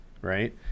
right